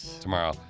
Tomorrow